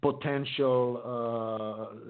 potential